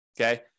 okay